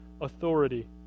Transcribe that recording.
authority